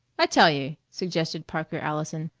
i tell you, suggested parker allison,